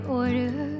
order